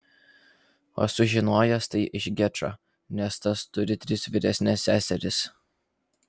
o sužinojęs tai iš gečo nes tas turi tris vyresnes seseris